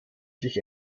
sich